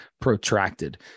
protracted